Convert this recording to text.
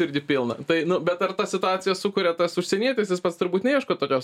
irgi pilna tai nu bet ar tą situaciją sukuria tas užsienietis jis pats turbūt neieško tokios